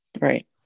Right